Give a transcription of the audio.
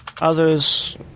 Others